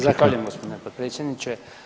Zahvaljujem gospodine potpredsjedniče.